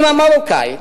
אמא מרוקנית,